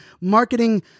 marketing